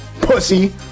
pussy